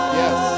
yes